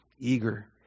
eager